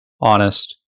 honest